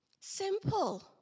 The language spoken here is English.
Simple